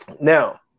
now